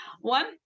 one